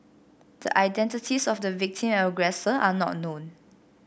the identities of the victim and aggressor are not known